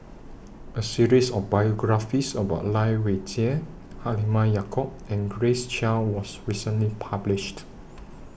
A series of biographies about Lai Weijie Halimah Yacob and Grace Chia was recently published